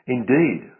Indeed